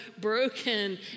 broken